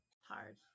Hard